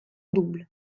double